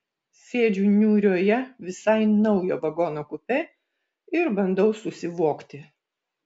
sėdžiu niūrioje visai naujo vagono kupė ir bandau susivokti